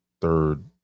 third